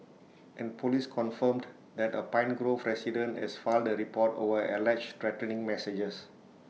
and Police confirmed that A pine grove resident has filed A report over alleged threatening messages